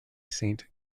saint